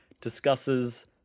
discusses